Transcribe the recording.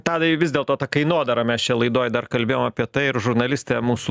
tadai vis dėl to ta kainodara mes čia laidoj dar kalbėjom apie tai ir žurnalistė mūsų